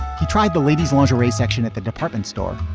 he tried the ladies lingerie section at the department store,